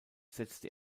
setzte